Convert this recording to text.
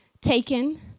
taken